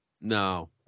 No